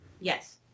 Yes